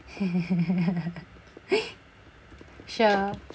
sure